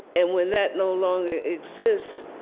and when that no longer exists,